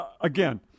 again